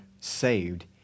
saved